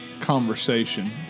conversation